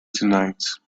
tonight